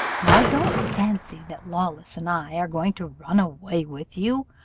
now don't fancy that lawless and i are going to run away with you.